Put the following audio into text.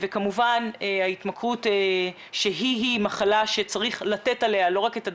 וכמובן ההתמכרות שהיא מחלה שצריך לתת עליה לא רק את הדעת,